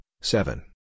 seven